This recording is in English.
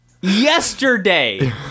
yesterday